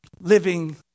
living